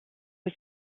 was